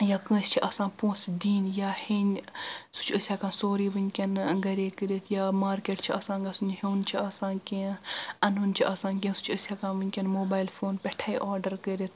یا کٲنٛسہِ چھ آسان پونٛسہٕ دِنۍ یا ہیٚنۍ سُہ چھ أسۍ ہیٚکان سورٕے ونکیٚن گرے کٔرتھ یا مارکیٚٹ چھُ آسان گژھُن یا ہیٚون چھُ آسان کیٚنٛہہ اَنُن چھُ آسان کیٚنٛہہ سُہ چھ أسۍ ہیٚکان ونکیٚن موبایل فون پٮ۪ٹھے آرڈر کٔرتھ